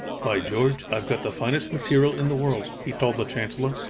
by george! i've got the finest material in the world he told the chancellor,